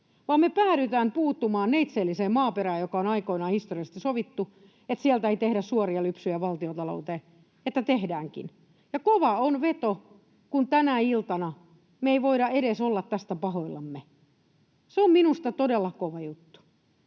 me päädytään puuttumaan neitseelliseen maaperään, josta on aikoinaan historiallisesti sovittu, että sieltä ei tehdä suoria lypsyjä valtiontalouteen, että tehdäänkin. Ja kova on veto, kun tänä iltana me ei voida edes olla tästä pahoillamme. Se on minusta todella kova juttu.